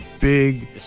big